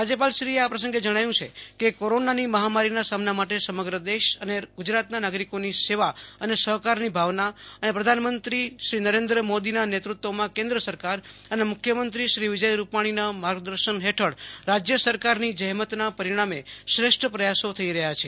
રાજ્યપાલશ્રીએ આ પ્રસંગે જણાવ્યું છે કે કોરોનાની મહામારીના સામના માટે સમગ્ર દેશ અને ગુ જરાતના નાગરિકોની સેવા અને સહકારની ભાવના અને પ્રધાનમંત્રી નરેન્દ્ર મોદીના નેતૃત્વમાં કેન્દ્ર સરકાર અને મુખ્યમંત્રીવિજય રૂપાણીના માર્ગદર્શન હેઠળ રાજ્ય સરકારની જહેમતના પરીણામે શ્રેષ્ઠ પ્રયાસો થઇ રહ્યા છે